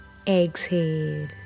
Exhale